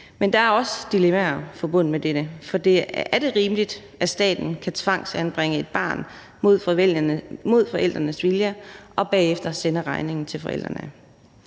Men der er også dilemmaer forbundet med dette, for er det rimeligt, at staten kan tvangsanbringe et barn mod forældrenes vilje og bagefter sende regningen til forældrene?